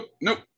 nope